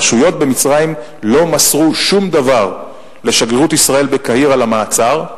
הרשויות במצרים לא מסרו שום דבר לשגרירות ישראל בקהיר על המעצר,